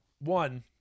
one